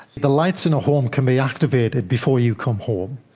the lights in a home can be activated before you come home.